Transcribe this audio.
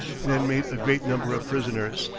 and had made a great number of prisoners.